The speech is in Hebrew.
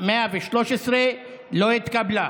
113 לא התקבלה.